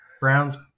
Browns